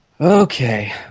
Okay